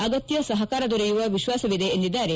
ಅಗತ್ತ ಸಹಕಾರ ದೊರೆಯುವ ವಿಶ್ವಾಸವಿದೆ ಎಂದಿದ್ದಾರೆ